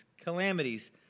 calamities